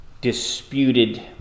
disputed